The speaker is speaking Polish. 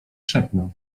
szepnę